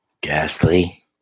Ghastly